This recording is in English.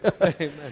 Amen